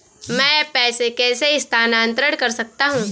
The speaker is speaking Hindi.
मैं पैसे कैसे स्थानांतरण कर सकता हूँ?